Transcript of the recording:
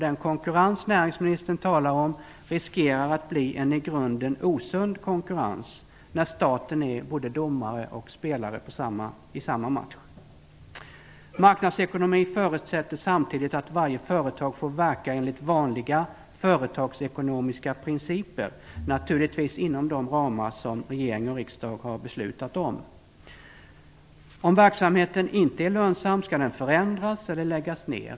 Den konkurrens näringsministern talar om riskerar att bli en i grunden osund konkurrens när staten är både domare och spelare i samma match. Marknadsekonomi förutsätter samtidigt att varje företag får verka enligt vanliga företagsekonomiska principer, naturligtvis inom de ramar regering och riksdag har beslutat om. Om verksamheten inte är lönsam skall den förändras eller läggas ner.